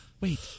Wait